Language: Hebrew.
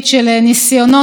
סכנה לדמוקרטיה,